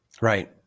Right